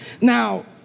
Now